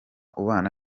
ubana